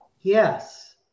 Yes